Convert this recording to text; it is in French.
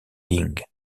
ling